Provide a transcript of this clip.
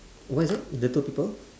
what is that the two people